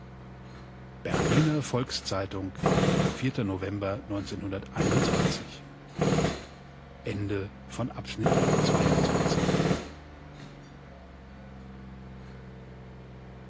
berliner volks-zeitung november